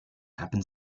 happen